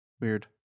Weird